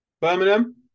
Birmingham